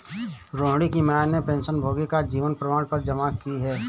रोहिणी की माँ ने पेंशनभोगी का जीवन प्रमाण पत्र जमा की